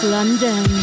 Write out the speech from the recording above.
London